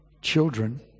children